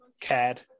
cared